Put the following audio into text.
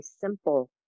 simple